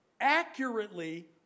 accurately